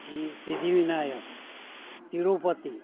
પછી સિદ્ધિવિનાયક તિરૂપતિ